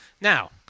Now